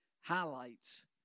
highlights